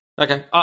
Okay